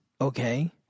Okay